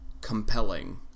compelling